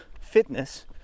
fitness